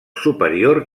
superior